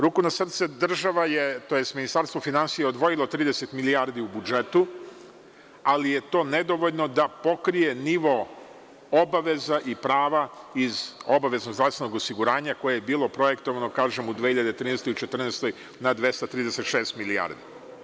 Ruku na srce, država je, tj. Ministarstvo finansija odvojilo 30 milijardi u budžetu, ali je to nedovoljno da pokrije nivo obaveza i prava iz obaveznog zdravstvenog osiguranja koje je bilo projektovano, kažem, u 2013, 2014. godini na 236 milijardi.